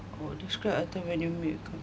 describe I think where